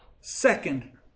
Second